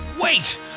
Wait